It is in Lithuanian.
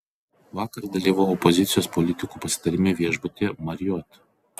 vakar dalyvavau opozicijos politikų pasitarime viešbutyje marriott